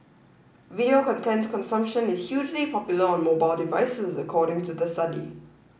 video content consumption is hugely popular on mobile devices according to the study